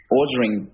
ordering